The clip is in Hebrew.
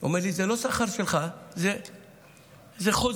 הוא אומר לי: זה לא שכר שלך, זה חוזים,